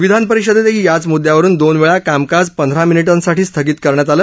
विधान परिषदेतही याच मुद्द्यावरून दोन वेळा कामकाज पंधरा मिनिटांसाठी स्थगित करण्यात आलं